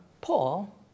Paul